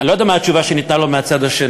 אני לא יודע מה התשובה שניתנה לו מהצד השני,